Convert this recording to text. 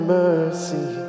mercy